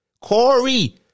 Corey